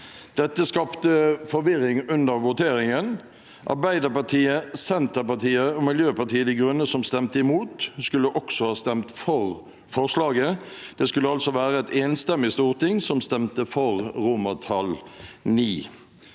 Dette skapte forvirring under voteringen. Arbeiderpartiet, Senterpartiet og Miljøpartiet De Grønne, som stemte imot, skulle også ha stemt for forslaget. Det skulle altså være et enstemmig storting som stemte for IX.